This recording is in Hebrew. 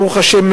ברוך השם,